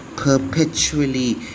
perpetually